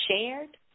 shared